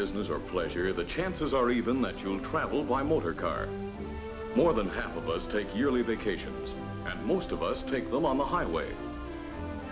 business or pleasure the chances are even that you'll travel by motor car more than half of us take your leave occasion most of us take them on the highway